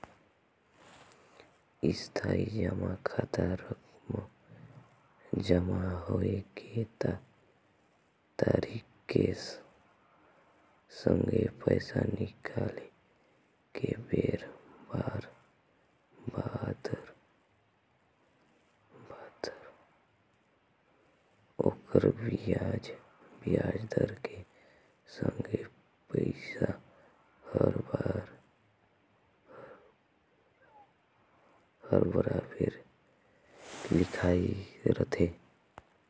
इस्थाई जमा खाता रकम जमा होए के तारिख के संघे पैसा निकाले के बेर बादर ओखर बियाज दर के संघे पइसा हर बराबेर लिखाए रथें